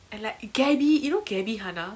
and like gabbie you know gabbie !hanna!